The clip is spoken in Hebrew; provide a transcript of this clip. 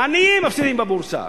העניים מפסידים בבורסה.